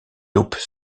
taupes